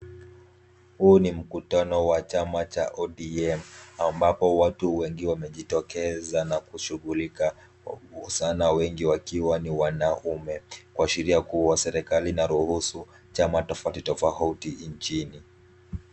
Huu ni mkutano wa chama cha ODM, ambapo watu wengi wamejitokeza na kushughulika sana, wengi wakiwa ni wanaume, kuashiria kuwa serikali inaruhusu chama tofauti tofauti nchini.